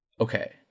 Okay